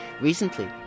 Recently